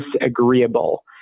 disagreeable